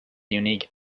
unique